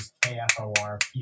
KFOR